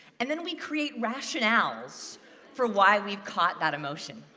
and then we create rationales for why we've caught that emotion.